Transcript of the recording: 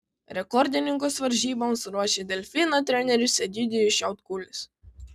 rekordininkus varžyboms ruošia delfino treneris egidijus šiautkulis